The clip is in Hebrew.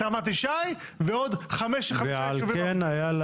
את רמת ישי ועוד חמש --- ועל כן היה לי